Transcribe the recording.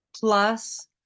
plus